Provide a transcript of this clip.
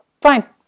Fine